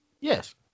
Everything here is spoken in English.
Yes